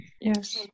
Yes